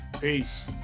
Peace